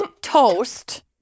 Toast